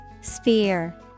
Sphere